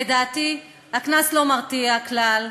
לדעתי הקנס לא מרתיע כלל,